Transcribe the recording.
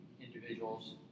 individuals